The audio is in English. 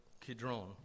Kidron